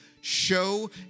show